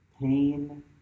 pain